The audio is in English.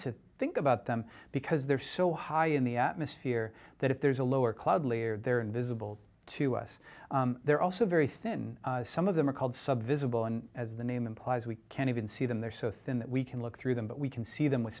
to think about them because they're so high in the atmosphere that if there's a lower cloud layer they're invisible to us they're also very thin some of them are called sub visible and as the name implies we can't even see them they're so thin that we can look through them but we can see them with